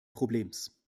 problems